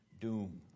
doom